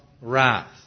wrath